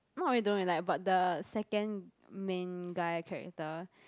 not really don't really like but the second main guy character